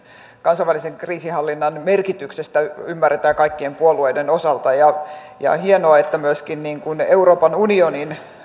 kansainvälisen kriisinhallinnan merkityksestä se ymmärretään kaikkien puolueiden osalta on hienoa että myöskin euroopan unioni